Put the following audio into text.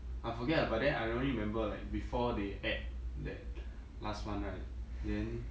I forget ah but then I only remember like before they add that last one right then